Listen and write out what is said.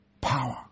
power